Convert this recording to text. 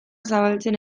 zabaltzen